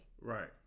Right